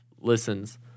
listens